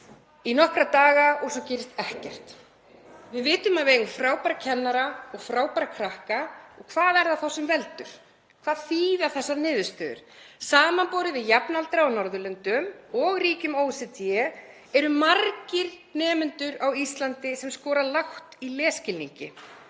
í nokkra daga og svo gerist ekkert. Við vitum að við eigum frábæra kennara og frábæra krakka, og hvað er það þá sem veldur? Hvað þýða þessar niðurstöður? Samanborið við jafnaldra á Norðurlöndum og í ríkjum OECD eru margir nemendur á Íslandi sem skora lágt í lesskilningi.